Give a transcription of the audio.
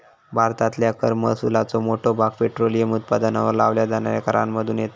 भारतातल्या कर महसुलाचो मोठो भाग पेट्रोलियम उत्पादनांवर लावल्या जाणाऱ्या करांमधुन येता